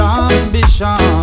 ambition